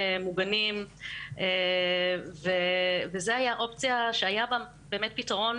מוגנים וזו הייתה אופציה שהיתה בה באמת פתרון